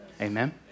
Amen